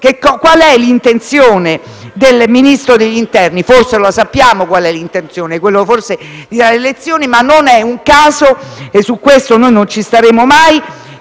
Qual è l'intenzione del Ministro dell'interno? Forse sappiamo qual è l'intenzione: quella di dare lezioni, ma non è un caso - e a questo noi non ci staremo mai